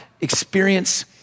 experience